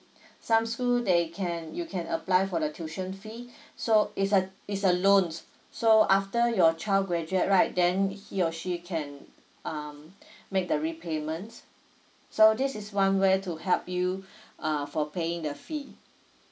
some school they can you can apply for the tuition fee so it's uh it's a loan so after your child graduate right then he or she can um make the repayment so this is one way to help you uh for paying the fee